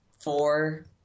four